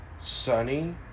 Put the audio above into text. sunny